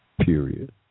period